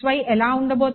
ఎలా ఉండబోతోంది